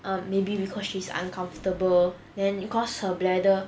uh maybe because she is uncomfortable then because her bladder